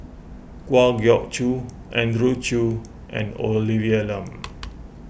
Kwa Geok Choo Andrew Chew and Olivia Lum